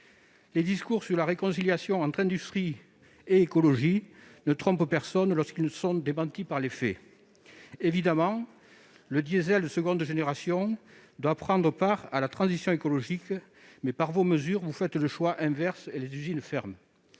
Les discours sur la réconciliation entre industrie et écologie ne trompent personne lorsqu'ils nous sont démentis par les faits. Bien évidemment, le diesel de seconde génération doit prendre part à la transition écologique, mais, par vos mesures, vous faites un autre choix et les usines ferment.